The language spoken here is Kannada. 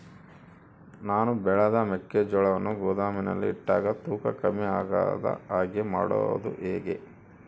ನಾನು ಬೆಳೆದ ಮೆಕ್ಕಿಜೋಳವನ್ನು ಗೋದಾಮಿನಲ್ಲಿ ಇಟ್ಟಾಗ ತೂಕ ಕಮ್ಮಿ ಆಗದ ಹಾಗೆ ಮಾಡೋದು ಹೇಗೆ?